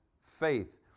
faith